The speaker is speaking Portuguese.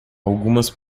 algumas